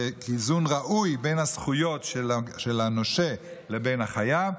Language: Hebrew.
וכאיזון ראוי בין הזכויות של הנושה לשל החייב,